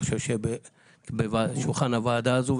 אני חושב שבשולחן הוועדה הזו.